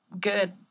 good